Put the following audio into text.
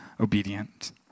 obedient